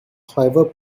however